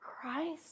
Christ